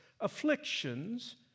afflictions